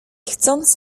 chcąc